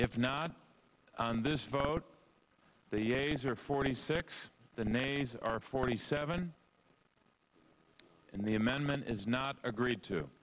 if not on this vote the yeas are forty six the names are forty seven and the amendment is not agreed to